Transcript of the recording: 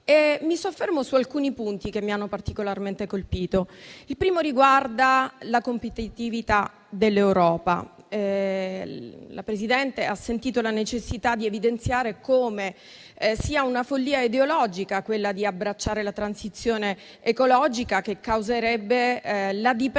Mi soffermo su alcuni punti che mi hanno particolarmente colpito. Il primo riguarda la competitività dell'Europa. La Presidente ha sentito la necessità di evidenziare come sia una follia ideologica quella di abbracciare la transizione ecologica, che causerebbe la dipendenza